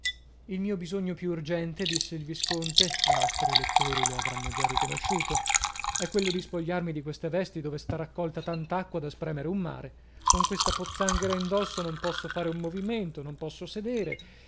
il mio bisogno più urgente disse il visconte i nostri lettori lo avran già riconosciuto è quello di spogliarmi di queste vesti dove sta raccolta tant'acqua da spremerne un mare con questa pozzanghera indosso non posso fare un movimento non posso sedere